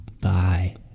Bye